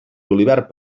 julivert